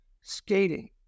skating